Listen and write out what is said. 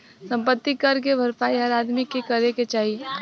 सम्पति कर के भरपाई हर आदमी के करे क चाही